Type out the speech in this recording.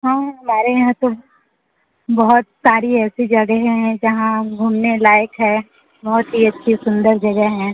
हाँ हमारे यहाँ तो बहुत सारी ऐसी जगहें हैं जहाँ घूमने लायक है बहुत ही अच्छी सुन्दर जगह हैं